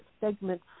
segment